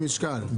במשקל.